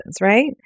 right